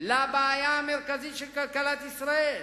לבעיה המרכזית של כלכלת ישראל.